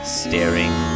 staring